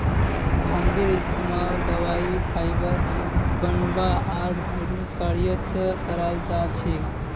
भांगेर इस्तमाल दवाई फाइबर बनव्वा आर धर्मिक कार्यत कराल जा छेक